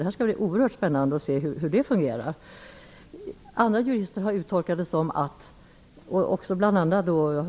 Det skall bli oerhört spännande att se hur det fungerar. Olika jurister, bl.a.